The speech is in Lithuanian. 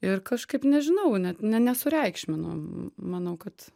ir kažkaip nežinau net ne nesureikšminu manau kad